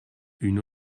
une